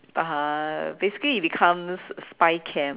uh basically it becomes a spy cam